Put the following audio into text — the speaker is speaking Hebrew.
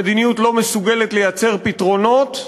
המדיניות לא מסוגלת לייצר פתרונות,